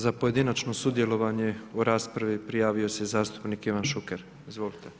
Za pojedinačno sudjelovanje u raspravi prijavio se zastupnik Ivan Šuker, izvolite.